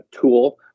tool